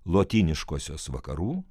lotyniškosios vakarų